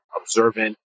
observant